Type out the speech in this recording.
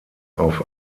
auf